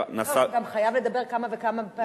והוא גם חייב לדבר כמה וכמה פעמים,